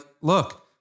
look